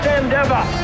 endeavor